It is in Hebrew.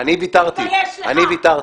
תתבייש לך.